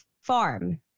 farm